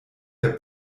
der